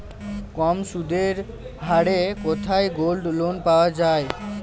কম সুদের হারে কোথায় গোল্ডলোন পাওয়া য়ায়?